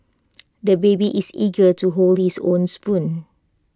the baby is eager to hold his own spoon